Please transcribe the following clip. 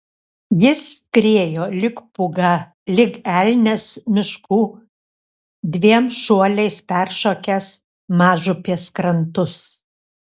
jis skriejo lyg pūga lyg elnias miškų dviem šuoliais peršokęs mažupės krantus